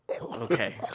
Okay